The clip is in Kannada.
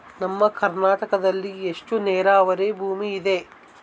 ನಮ್ಮ ಕರ್ನಾಟಕದಲ್ಲಿ ಎಷ್ಟು ನೇರಾವರಿ ಭೂಮಿ ಇದೆ?